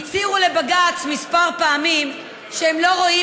הצהירו לבג"ץ כמה פעמים שהם לא רואים